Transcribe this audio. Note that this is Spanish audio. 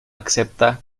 acepta